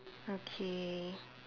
okay